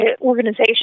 organization